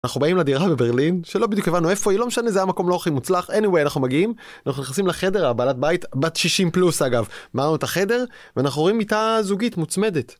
אנחנו באים לדירה בברלין, שלא בדיוק הבנו איפה היא, לא משנה, זה המקום לא הכי מוצלח. אניוויי, אנחנו מגיעים, אנחנו נכנסים לחדר, הבעלת בית, בת שישים פלוס אגב, מראה לנו את החדר, ואנחנו רואים מיטה זוגית, מוצמדת.